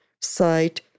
site